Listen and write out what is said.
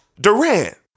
Durant